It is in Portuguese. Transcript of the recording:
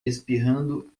espirrando